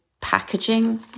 packaging